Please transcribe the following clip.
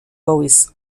bowis